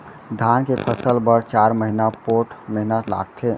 धान के फसल बर चार महिना पोट्ठ मेहनत लागथे